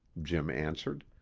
jim answered.